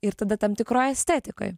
ir tada tam tikroj estetikoj